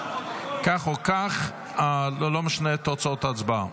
כך או כך, זה לא משנה את תוצאות ההצבעה.